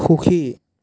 সুখী